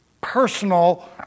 personal